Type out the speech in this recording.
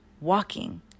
walking